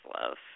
love